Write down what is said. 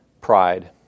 pride